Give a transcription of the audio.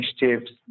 initiatives